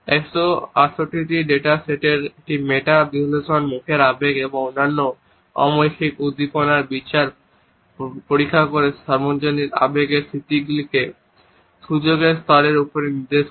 168টি data সেটের একটি meta বিশ্লেষণ মুখের আবেগ এবং অন্যান্য অমৌখিক উদ্দীপনাগুলির বিচার পরীক্ষা করে সর্বজনীন আবেগের স্বীকৃতিকে সুযোগের স্তরের উপরে নির্দেশ করে